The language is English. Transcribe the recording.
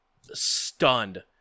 stunned